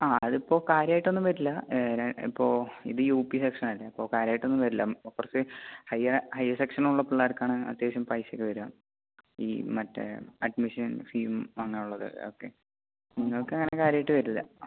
ആ അതിപ്പോൾ കാര്യമായിട്ടൊന്നും വരില്ല ഇപ്പോൾ ഇത് യു പി സെക്ഷനല്ലേ അപ്പോൾ കാര്യമായിട്ടൊന്നും വരില്ല കുറച്ച് ഹൈയർ സെക്ഷനുള്ള പിള്ളേർക്കാണ് അത്യാവശ്യം പൈസയൊക്കെ വരിക ഈ മറ്റെ അഡ്മിഷൻ ഫീയും അങ്ങനെയുള്ളത് ഒക്കെ നിങ്ങൾക്കങ്ങനെ കാര്യമായിട്ട് വരില്ല